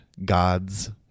God's